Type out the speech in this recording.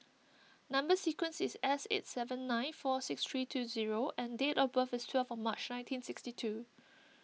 Number Sequence is S eight seven nine four six three two zero and date of birth is twelfth March nineteen sixty two